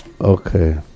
okay